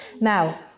Now